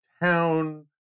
town